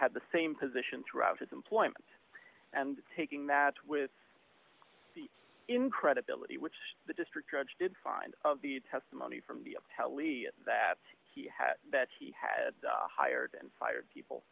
had the same position throughout his employment and taking that with incredibility which the district judge did find of the testimony from the levy that he had hired and fired people